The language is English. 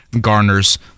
garners